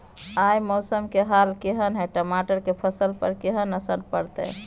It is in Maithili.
आय मौसम के हाल केहन छै टमाटर के फसल पर केहन असर परतै?